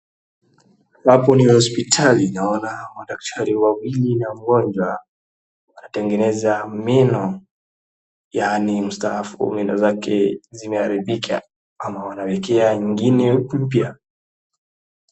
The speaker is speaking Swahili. Hapo ni hospitali naona madaktari wawili na mgonjwa, anatengeneza meno yaani mstaafu meno zake zimeharibika ama wanawekea ingine mpya.